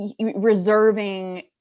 reserving